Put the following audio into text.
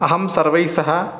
अहं सर्वैस्सह